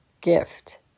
gift